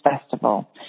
festival